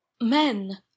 Men